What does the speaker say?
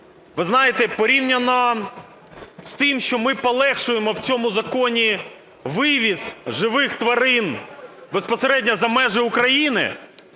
ви знаєте, порівняно з тим, що ми полегшуємо в цьому законі вивіз живих тварин безпосередньо за межі України,